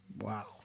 Wow